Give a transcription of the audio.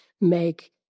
make